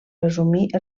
resumir